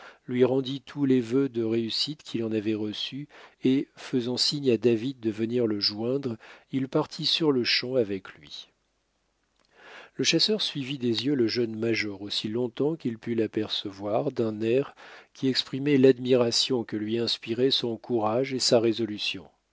lui rendit tous les vœux de réussite qu'il en avait reçus et faisant signe à david de venir le joindre il partit sur-le-champ avec lui le chasseur suivit des yeux le jeune major aussi longtemps qu'il put l'apercevoir d'un air qui exprimait l'admiration que lui inspiraient son courage et sa résolution